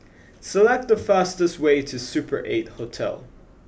select the fastest way to Super Eight Hotel